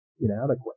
inadequate